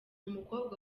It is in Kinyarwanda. umukobwa